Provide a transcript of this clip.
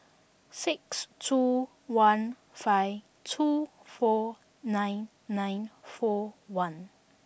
six two one five two four nine nine four one